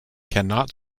cannot